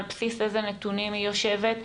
על בסיס איזה נתונים היא יושבת,